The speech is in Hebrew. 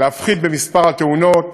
להפחית את מספר התאונות,